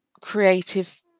creative